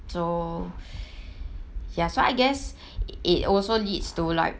so ya so I guess it also leads to like